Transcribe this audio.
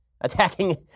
attacking